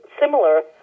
similar